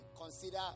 consider